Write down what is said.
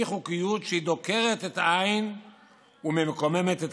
אי-חוקיות הדוקרת את העין ומקוממת את